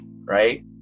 Right